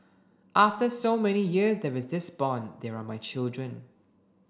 after so many years there is this bond they are my children